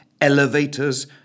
elevators